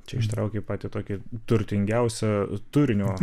čia ištraukei patį tokį turtingiausio turinio